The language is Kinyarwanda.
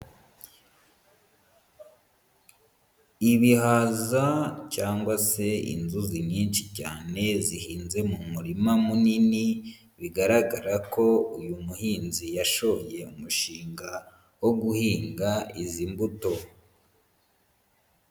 Ibihaza cyangwa se inzuzi nyinshi cyane zihinze mu murima munini, bigaragara ko uyu muhinzi yashoye umushinga wo guhinga izi mbuto.